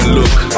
look